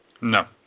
No